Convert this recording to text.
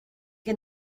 que